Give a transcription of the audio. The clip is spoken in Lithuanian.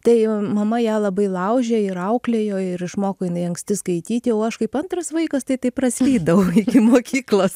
tai mama ją labai laužė ir auklėjo ir išmoko jinai anksti skaityti o aš kaip antras vaikas tai taip praslydau iki mokyklos